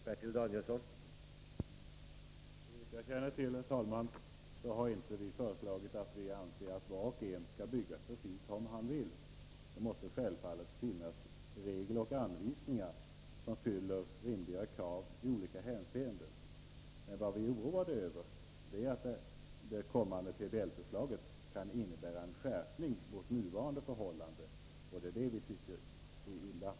Herr talman! Såvitt jag känner till har vi inte föreslagit att var och en skall bygga precis som han vill. Det måste självfallet finnas regler och anvisningar som fyller rimliga krav i olika hänseenden. Men vad vi är oroade över är att det kommande PBL-förslaget kan innebära en skärpning jämfört med de nuvarande förhållandena, och det anser vi är illavarslande.